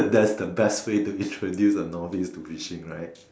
that's the best way to introduce a novice to fishing right